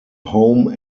home